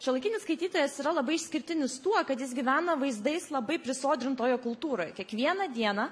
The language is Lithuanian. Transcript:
šiuolaikinis skaitytojas yra labai išskirtinis tuo kad jis gyvena vaizdais labai prisodrintoje kultūroj kiekvieną dieną